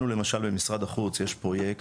לנו למשל במשרד החוץ יש פרויקט,